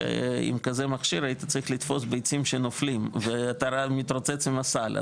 שעם כזה מכשיר היית צריך לתפוס ביצים שנופלות ואתה מתרוצץ עם הסל,